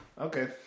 Okay